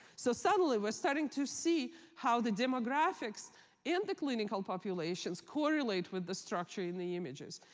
so suddenly, we're starting to see how the demographics in the clinical populations correlate with the structure in the images.